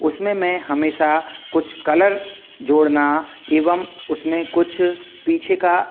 उसमें मैं हमेशा कुछ कलर जोड़ना एवं उसमें कुछ पीछे का